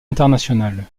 internationale